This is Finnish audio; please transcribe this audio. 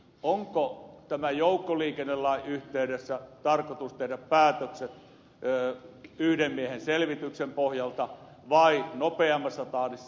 onko joukkoliikennelain yhteydessä tarkoitus tehdä päätökset yhden miehen selvityksen pohjalta vai nopeammassa tahdissa